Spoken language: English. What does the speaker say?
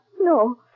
No